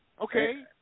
Okay